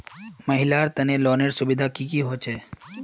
महिलार तने लोनेर सुविधा की की होचे?